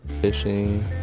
fishing